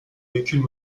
véhicules